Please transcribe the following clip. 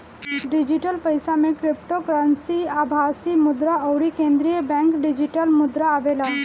digital पईसा में cryptocurrency, आभासी मुद्रा अउरी केंद्रीय बैंक डिजिटल मुद्रा आवेला